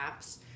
apps